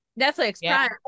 Netflix